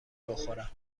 بخورم